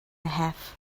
have